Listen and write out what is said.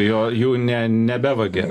jo jų ne nebevagia